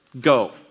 go